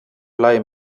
blei